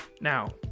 now